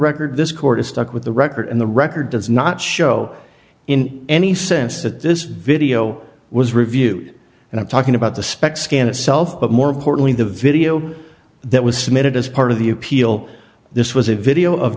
record this court is stuck with the record and the record does not show in any sense that this video was reviewed and i'm talking about the spec scan itself but more importantly the video that was submitted as part of the appeal this was a video of